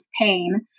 pain